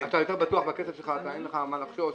אתה יותר בטוח בכסף שלך, אין לך בכלל ממה לחשוש.